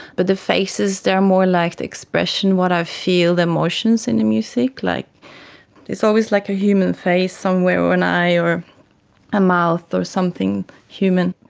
but the faces, they are more like the expression what i feel, the emotions in the music. like it's always like a human face somewhere or a and eye or a mouth or something human.